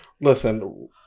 Listen